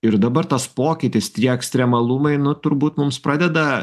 ir dabar tas pokytis tie ekstremalumai nu turbūt mums pradeda